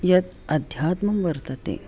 यत् आध्यात्मं वर्तते